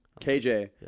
KJ